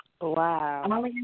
Wow